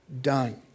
done